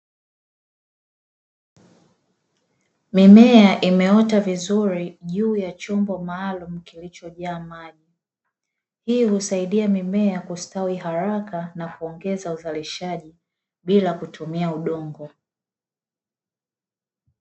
Mimea imeota vizuri juu ya chombo maalumu kilicho jaa maji, hii husaidia mimea kustawi haraka na kuongeza uzalishaji bila kutumia udongo.